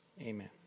amen